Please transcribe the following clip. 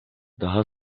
daha